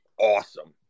awesome